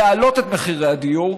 להעלות את מחירי הדיור,